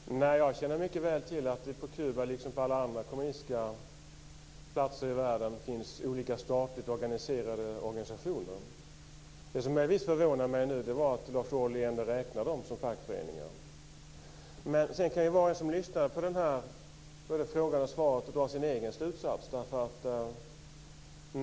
Fru talman! Jag känner mycket väl till att det på Kuba, liksom på alla andra kommunistiska platser i världen, finns olika, statligt organiserade organisationer. Det som förvånade mig nu var att Lars Ohly ändå räknar dem som fackföreningar. Var och en som har lyssnat på både frågan och svaret kan dra sin egen slutsats.